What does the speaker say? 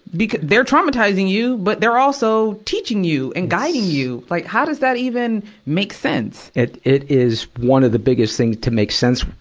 because they're traumatizing you, but they're also teaching you and guiding you. like, how does that even make sense? it, it is one of the biggest things to make sense,